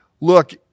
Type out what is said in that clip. look